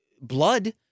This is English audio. blood